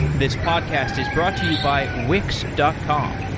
this podcast is brought to you by wix dot com.